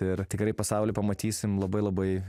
ir tikrai pasaulį pamatysim labai labai